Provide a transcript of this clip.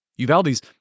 Uvalde's